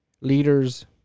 Leaders